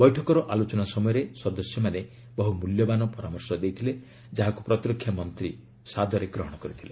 ବୈଠକର ଆଲୋଚନା ସମୟରେ ସଦସ୍ୟମାନେ ବହୁ ମୂଲ୍ୟବାନ ପରାମର୍ଶ ଦେଇଥିଲେ ଯାହାକୁ ପ୍ରତିରକ୍ଷା ମନ୍ତ୍ରୀ ସାଦରେ ଗ୍ରହଣ କରିଥିଲେ